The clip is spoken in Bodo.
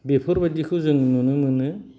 बेफोरबायदिखौ जों नुनो मोनो